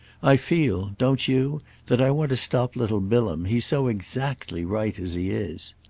i feel don't you that i want to stop little bilham he's so exactly right as he is.